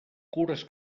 cures